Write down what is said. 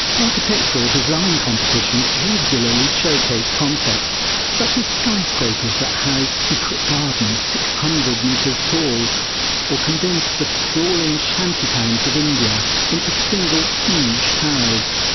architectural design competitions regularly showcase concepts such as skyscrapers that house secret gardens six hundred metres tall or condense the sprawling shantytowns of india into single, huge towers.